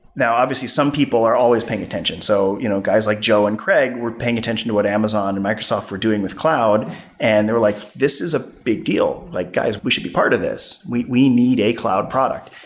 now, obviously, some people are always paying attention. so you know guys like joe and craig were paying attention to what amazon and microsoft were doing with cloud and they were like, this is a big deal. like guys, we should be part of this. we we need a cloud product.